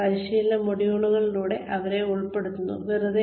പരിശീലന മൊഡ്യൂളുകളിലൂടെ അവരെ ഉൾപ്പെടുത്തുന്നു വെറുതെ